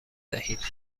دهید